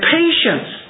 patience